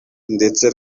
ndetse